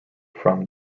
from